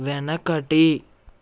వెనకటి